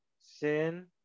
Sin